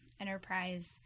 enterprise